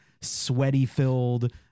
sweaty-filled